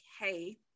hey